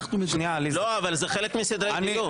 אבל זה חלק מסדרי דיון.